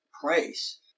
price